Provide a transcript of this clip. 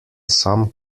some